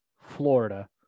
Florida